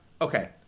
okay